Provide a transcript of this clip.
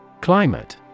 Climate